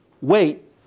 wait